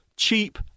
cheap